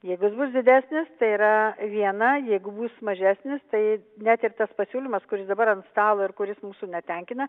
jeigu jis bus didesnis tai yra viena jeigu bus mažesnis tai net ir tas pasiūlymas kuris dabar ant stalo ir kuris mūsų netenkina